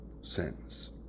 sins